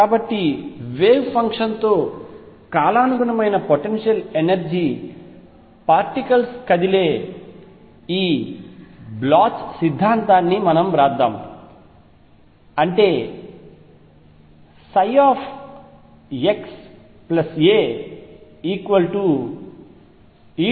కాబట్టి wave function తో కాలానుగుణమైన పొటెన్షియల్ ఎనర్జీ తో పార్టికల్స్ కదిలే ఈ పొటెన్షియల్ సిద్ధాంతాన్ని వ్రాద్దాం అంటే xaeikaψ